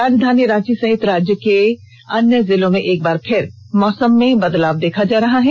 राजधानी रांची सहित राज्य के अन्य जिलों में एक बार फिर मौसम में बदलाव देखा जा रहा है